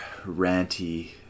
ranty